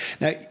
Now